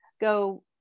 go